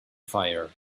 fire